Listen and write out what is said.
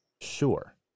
sure